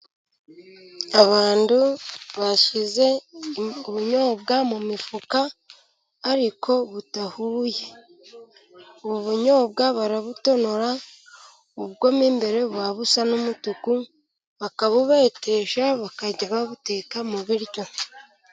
Abantu bashyize ubunyobwa mu mifuka, ariko budahuye. Ubunyobwa barabutonora, bwo mo imbere buba busa n'umutuku, bakabubetesha bakajya babuteka mu biryo.